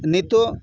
ᱱᱤᱛᱳᱜ